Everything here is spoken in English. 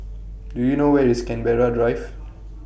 Do YOU know Where IS Canberra Drive